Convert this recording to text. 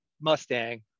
Mustang